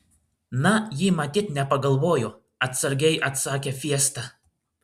na ji matyt nepagalvojo atsargiai atsakė fiesta